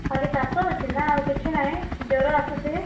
ଖାଲି କାଶ ହେଉଛି ନା ଆଉ କିଛି ନାହିଁ ଜର ଆସୁଛି